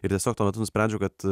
ir tiesiog tuo metu nusprendžiau kad